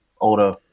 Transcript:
older